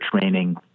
training